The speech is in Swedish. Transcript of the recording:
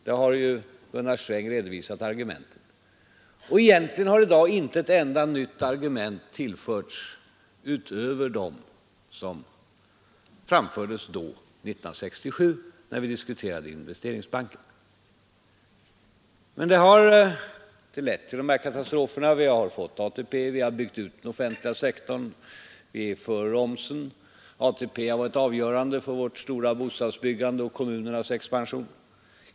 Gunnar Sträng har redovisat argumenten där, och egentligen har i dag inte ett enda nytt argument tillförts debatten utöver dem som framfördes 1967. Men de här katastroferna har inte inträffat. Vi har fått ATP. Vi har byggt ut den offentliga sektorn för de pengar som omsen gav. ATP har varit avgörande för vårt stora bostadsbyggande och kommunernas expansion.